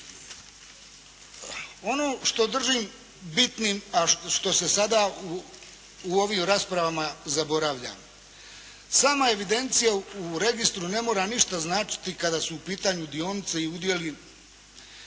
Ono što držim bitnim, a što se sada u ovim raspravama zaboravlja. Sama evidencija u registru ne mora ništa značiti kada su u pitanju dionice i udjeli,